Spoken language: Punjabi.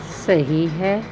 ਸਹੀ ਹੈ